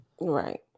Right